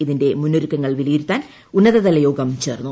ഇതിന്റെ മുന്നൊരുക്കങ്ങൾ വിലയിരുത്താൻ ഉന്നതതല യോഗം ചേർന്നു